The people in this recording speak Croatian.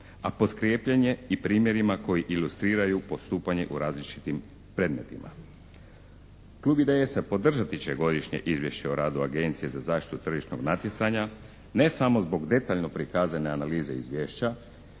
a potkrijepljen je i primjerima koji ilustriraju postupanje u različitim predmetima. Klub IDS-a podržati će Godišnje izvješće o radu Agencije za zaštitu tržišnog natjecanja ne samo zbog detaljno prikazane analize Izvješća